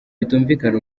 bitumvikana